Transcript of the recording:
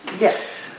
Yes